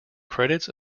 credits